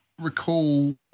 recall